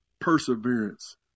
perseverance